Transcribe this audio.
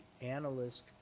analyst